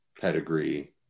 pedigree